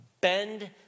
bend